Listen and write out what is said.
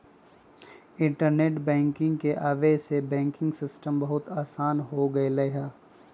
internet banking के आवे से बैंकिंग सिस्टम बहुत आसान हो गेलई ह